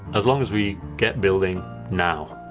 as long as we get building now.